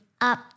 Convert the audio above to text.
up